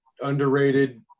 underrated